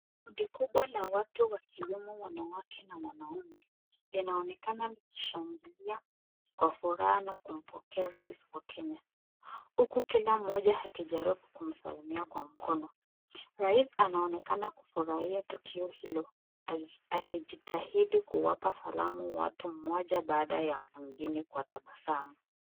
Kundi kubwa la watu ikiwemo wanawake na wanaume, inaonekana wakishangilia kwa furaha na kumpokea rais wa kenya, huku kila mmoja akijaribu kumsalimia kwa mkono. Rais anaonekana kufurahia tukio hilo akijitahidi kuwapa salamu watu mmoja baada ya mwingine kwa tabasamu.